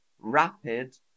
rapid